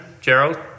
Gerald